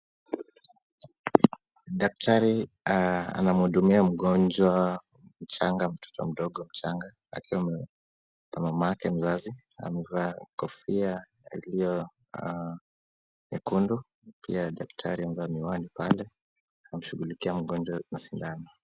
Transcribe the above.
Daktari anamhudumia mgonjwa mtoto mdogo mchanga akiwa na mamake mzazi, amevaa kofia iliyo nyekundu, pia daktari amevaa miwani akimshughulikia mgonjwa na sindano.